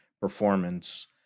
performance